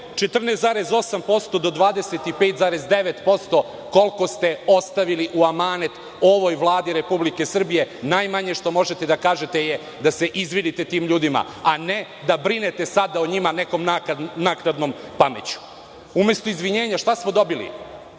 14,8% do 25,9% koliko ste ostavili u amanet ovoj Vladi Republike Srbije, najmanje što možete da kažete je da se izvinite tim ljudima, a ne da brinete sada o njima nekom naknadnom pameću. Umesto izvinjenja šta smo dobili?